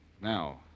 Now